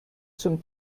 zum